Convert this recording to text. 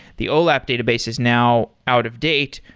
the olap database is now out of data.